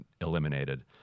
eliminated